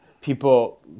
people